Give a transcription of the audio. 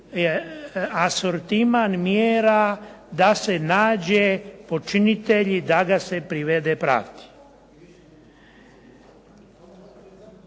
asortiman mjera da se nađe počinitelj i da ga se privede pravdi.